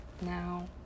Now